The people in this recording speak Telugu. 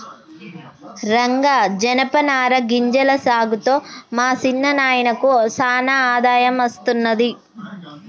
రంగా జనపనార గింజల సాగుతో మా సిన్న నాయినకు సానా ఆదాయం అస్తున్నది